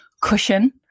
cushion